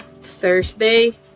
Thursday